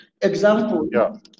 Example